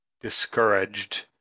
discouraged